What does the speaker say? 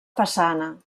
façana